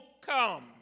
come